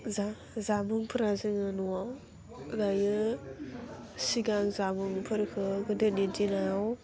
जा जा जामुंफोरा जोङो न'आव गाइयो सिगां जामुंफोरखौ गोदोनि दिनाव